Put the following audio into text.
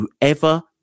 whoever